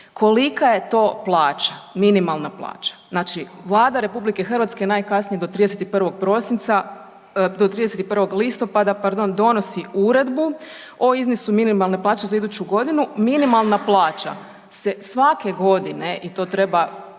Kolika je to plaća, minimalna plaća? Znači Vlada RH najkasnije do 31. listopada donosi uredbu o iznosu minimalne plaće za iduću godinu, minimalna plaća se svake godine i to treba